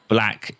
Black